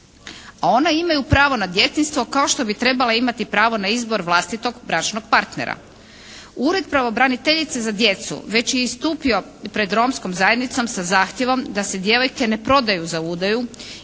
a ona imaju pravo na djetinjstvo kao što bi trebala imati pravo na izbor vlastitog bračnog partnera. Ured pravobraniteljice za djecu već je istupio pred romskom zajednicom sa zahtjevom da se djevojke ne prodaju za udaju